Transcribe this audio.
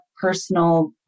personal